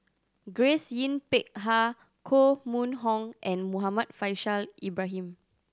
Grace Yin Peck Ha Koh Mun Hong and Muhammad Faishal Ibrahim